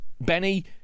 Benny